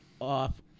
off